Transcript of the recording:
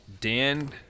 Dan